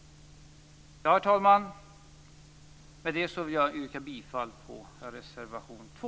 Herr talman! Med det yrkar jag bifall till reservation 2.